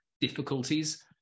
difficulties